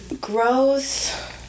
Growth